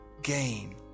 Gain